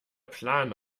plan